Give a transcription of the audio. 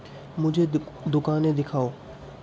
مجھے دکانیں دکھاؤ